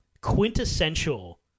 quintessential